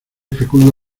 fecunda